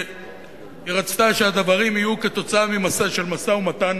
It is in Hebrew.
ורצתה שהדברים יהיו תוצאה של משא-ומתן